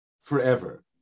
forever